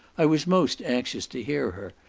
i was most anxious to hear her,